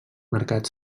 mercat